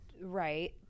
Right